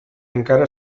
encara